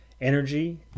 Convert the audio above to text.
energy